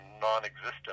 non-existent